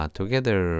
together